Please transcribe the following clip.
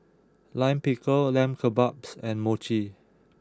Lime Pickle Lamb Kebabs and Mochi